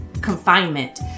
confinement